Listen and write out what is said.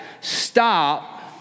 stop